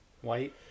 white